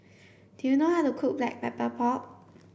do you know how to cook black pepper pork